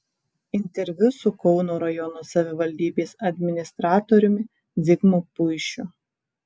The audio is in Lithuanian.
interviu su kauno rajono savivaldybės administratoriumi zigmu puišiu